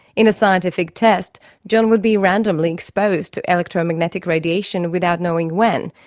in a scientific test john would be randomly exposed to electro-magnetic radiation without knowing when,